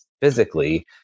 physically